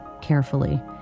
carefully